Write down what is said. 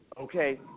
okay